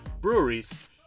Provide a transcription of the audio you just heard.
breweries